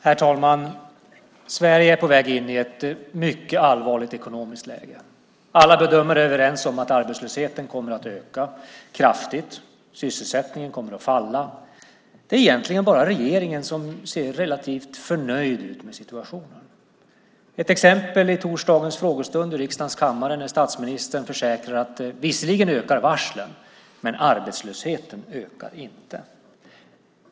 Herr talman! Sverige är på väg in i ett mycket allvarligt ekonomiskt läge. Alla bedömare är överens om att arbetslösheten kommer att öka kraftigt och att sysselsättningen kommer att falla. Det är egentligen bara regeringen som ser relativt förnöjd ut över situationen. Ett exempel i torsdagens frågestund i riksdagens kammare var när statsministern försäkrade att varslen visserligen ökar, men inte arbetslösheten.